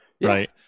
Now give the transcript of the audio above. right